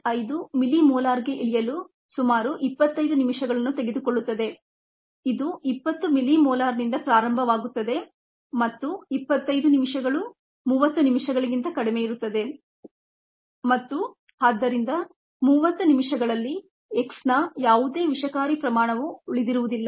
5 ಮಿಲಿಮೋಲಾರ್ಗೆ ಇಳಿಯಲು ಸುಮಾರು 25 ನಿಮಿಷಗಳನ್ನು ತೆಗೆದುಕೊಳ್ಳುತ್ತದೆ ಇದು 20 ಮಿಲಿಮೋಲಾರ್ನಿಂದ ಪ್ರಾರಂಭವಾಗುತ್ತದೆ ಮತ್ತು 25 ನಿಮಿಷಗಳು 30 ನಿಮಿಷಗಳಿಗಿಂತ ಕಡಿಮೆಯಿರುತ್ತದೆ ಮತ್ತು ಆದ್ದರಿಂದ 30 ನಿಮಿಷಗಳಲ್ಲಿ X ನ ಯಾವುದೇ ವಿಷಕಾರಿ ಪ್ರಮಾಣ ಉಳಿದಿರುವುದಿಲ್ಲ